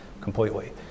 completely